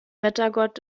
wettergott